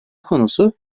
konusu